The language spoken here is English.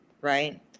right